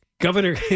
Governor